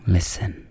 Listen